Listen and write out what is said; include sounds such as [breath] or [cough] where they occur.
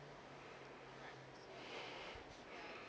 [breath]